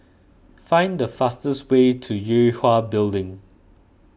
find the fastest way to Yue Hwa Building